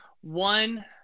One